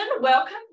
welcome